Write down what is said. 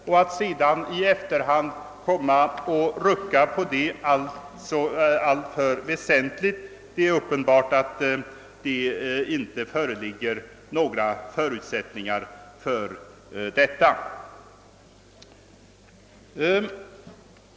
Det är uppenbart att det inte föreligger några förutsättningar för att i efterhand kunna rucka på dessa i alltför väsentlig grad.